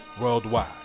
worldwide